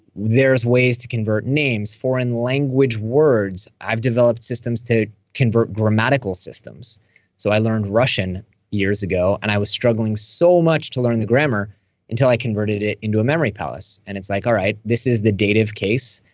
there's ways to convert names, foreign language words. i've developed systems to convert grammatical systems so i learned russian years ago. and i was struggling so much to learn the grammar until i converted it into a memory palace. and it's like, all right. this is the date of case.